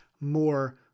more